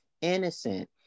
innocent